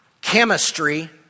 chemistry